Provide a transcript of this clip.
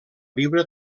viure